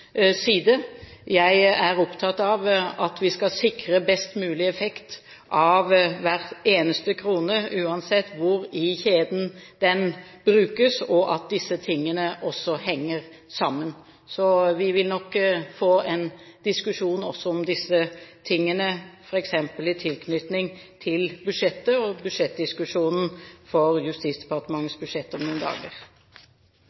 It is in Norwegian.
side. Jeg er opptatt av at vi skal sikre best mulig effekt av hver eneste krone, uansett hvor i kjeden den brukes, og at disse tingene også henger sammen. Vi vil nok få en diskusjon om disse tingene også, f.eks. i tilknytning til budsjettet og budsjettdiskusjonen om Justisdepartementets budsjett om noen dager. Replikkordskiftet er omme. For